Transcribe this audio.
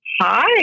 Hi